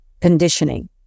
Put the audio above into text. conditioning